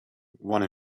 one